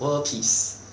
world peace